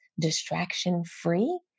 distraction-free